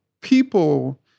people